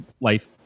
life